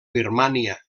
birmània